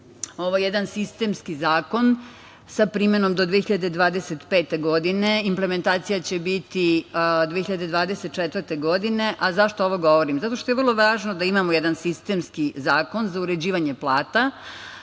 Ovo je jedan sistemski zakon sa primenom do 2025. godine. Implementacija će biti 2024. godine, a zašto ovo govorim? Zato što je vrlo važno da imamo jedan sistemski zakon za uređivanje plata